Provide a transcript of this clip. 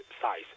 size